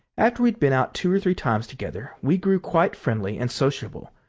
after we had been out two or three times together we grew quite friendly and sociable,